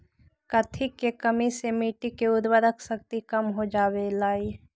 कथी के कमी से मिट्टी के उर्वरक शक्ति कम हो जावेलाई?